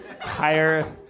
higher